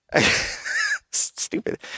Stupid